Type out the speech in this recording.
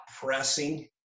pressing